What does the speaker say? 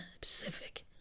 Pacific